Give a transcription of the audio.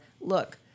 look